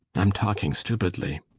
i'm talking stupidly.